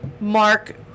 Mark